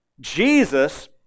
Jesus